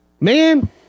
Man